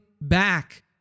back